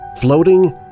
floating